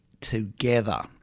together